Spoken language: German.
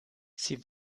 sie